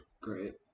Great